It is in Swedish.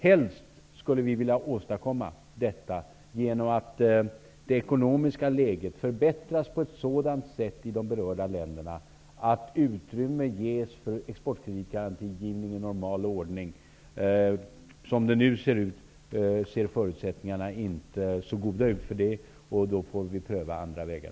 Helst skulle vi vilja åstadkomma detta genom att det ekonomiska läget förbättras på ett sådant sätt i de berörda länderna att utrymme ges för garantigivning av exportkrediter i normal ordning. Nu ser förutsättningarna inte så goda ut, och då får vi pröva andra vägar.